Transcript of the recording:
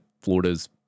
Florida's